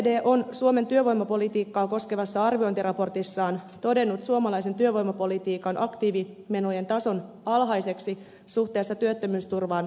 oecd on suomen työvoimapolitiikkaa koskevassa arviointiraportissaan todennut suomalaisen työvoimapolitiikan aktiivimenojen tason alhaiseksi suhteessa työttömyysturvan menoihin